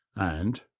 and,